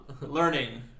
learning